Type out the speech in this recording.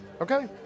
Okay